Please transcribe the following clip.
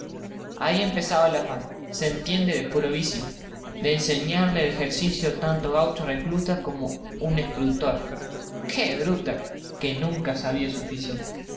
ahi empezaba el afán se entiende de puro viciode enseñarle el ejercicio a tanto gaucho recluta con un estrutor qué bruta que nunca sabía su oficio